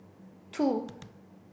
two